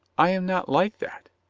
i am not like that,